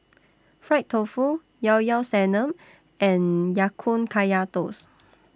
Fried Tofu Llao Llao Sanum and Ya Kun Kaya Toast